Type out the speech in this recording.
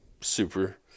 super